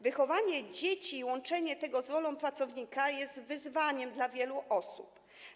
Wychowanie dzieci i łączenie tego z rolą pracownika jest wyzwaniem dla wielu osób.